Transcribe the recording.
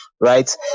right